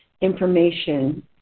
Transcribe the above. information